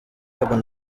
urban